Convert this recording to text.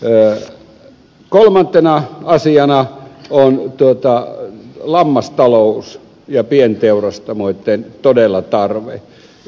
sitten kolmantena asiana on lammastalous ja pienteurastamoitten todellinen tarve